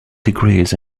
degrees